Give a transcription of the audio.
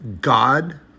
God